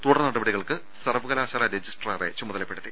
തുടർ നടപടികൾക്ക് സർവകലാശാലാ രജിസ്ട്രാറെ ചുമതലപ്പെടുത്തി